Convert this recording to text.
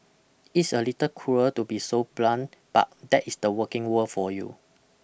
It's a little cruel to be so blunt but that is the working world for you